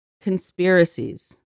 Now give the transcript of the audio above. conspiracies